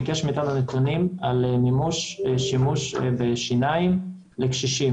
השנה משרד הבריאות ביקש מאיתנו נתונים על מימוש שימוש בשיניים לקשישים,